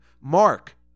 Mark